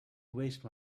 waste